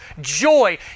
joy